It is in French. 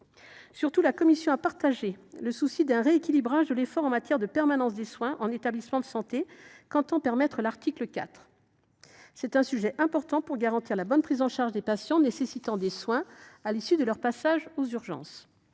Surtout, la commission a partagé le souci d’un rééquilibrage de l’effort en matière de permanence des soins en établissement de santé, qu’entend permettre l’article 4. Il s’agit d’un sujet important si l’on veut garantir la bonne prise en charge des patients ayant besoin de soins à l’issue de leur passage aux urgences.